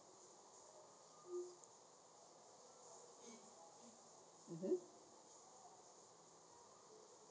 mmhmm